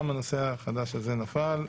גם הנושא החדש הזה נפל.